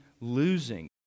losing